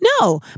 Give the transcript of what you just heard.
No